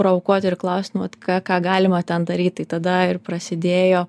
provokuot ir klaust nu vat ką ką galima ten daryt tai tada ir prasidėjo